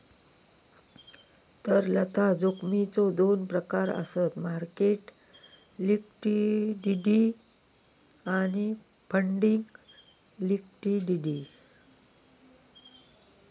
तरलता जोखमीचो दोन प्रकार आसत मार्केट लिक्विडिटी आणि फंडिंग लिक्विडिटी